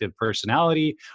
personality